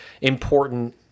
important